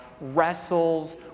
wrestles